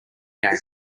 game